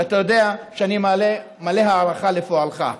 ואתה יודע שאני מלא הערכה לפועלך.